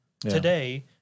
today